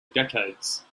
decades